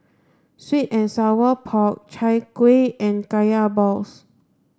sweet and sour pork Chai Kueh and Kaya balls